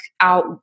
out